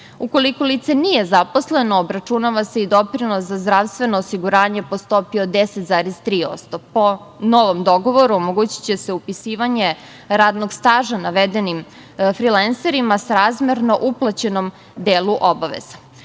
lice nije zaposleno obračunava se doprinos za zdravstveno osiguranje po stopi od 10,3%, po novom dogovoru omogućiće se upisivanje radnog staža navedenim frilenserima, srazmerno uplaćeno delu obaveza.